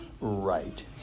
Right